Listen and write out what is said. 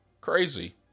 crazy